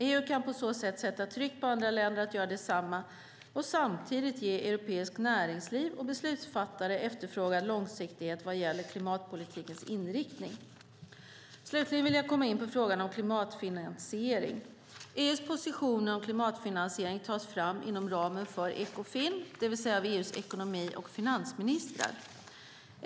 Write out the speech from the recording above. EU kan på så sätt sätta tryck på andra länder att göra detsamma och samtidigt ge europeiskt näringsliv och beslutsfattare efterfrågad långsiktighet vad gäller klimatpolitikens inriktning. Slutligen vill jag komma in på frågan om klimatfinansiering. EU:s positioner om klimatfinansiering tas fram inom ramen för Ekofin, det vill säga av EU:s ekonomi och finansministrar.